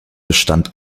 bestand